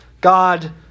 God